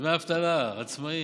דמי אבטלה, עצמאים,